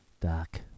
Dark